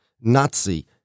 Nazi